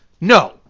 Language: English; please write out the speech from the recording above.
No